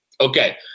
Okay